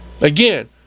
Again